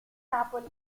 napoli